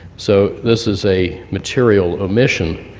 so this is a material omission.